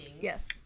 yes